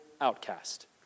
outcast